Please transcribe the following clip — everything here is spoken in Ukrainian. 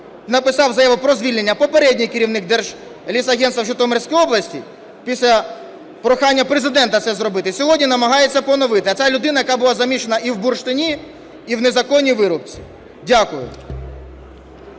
написав заяву про звільнення, попередній керівник Держлісагентства в Житомирській області, після прохання Президента це зробити сьогодні намагається поновити, а це людина, яка була замішана і в бурштині, і в незаконній вирубці. Дякую.